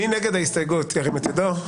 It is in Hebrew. מי נגד ההסתייגות ירים את ידו?